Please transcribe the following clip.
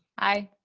aye.